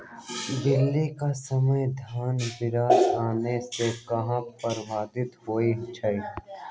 बली क समय धन बारिस आने से कहे पभवित होई छई?